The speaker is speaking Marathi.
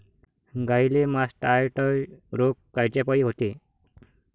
गाईले मासटायटय रोग कायच्यापाई होते?